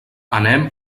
anem